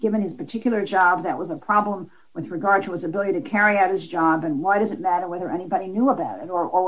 given his particular job that was a problem with regard to his ability to carry out his job and why does it matter whether anybody knew about it or